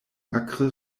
akre